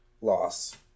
Loss